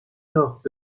nord